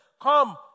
come